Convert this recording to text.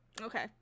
Okay